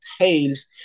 tales